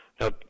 Now